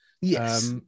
Yes